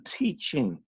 teaching